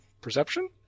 Perception